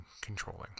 controlling